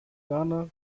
garner